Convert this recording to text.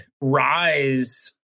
rise